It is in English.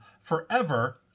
forever